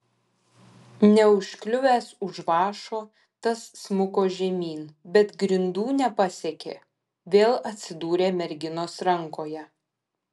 neužkliuvęs už vąšo tas smuko žemyn bet grindų nepasiekė vėl atsidūrė merginos rankoje